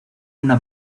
una